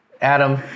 adam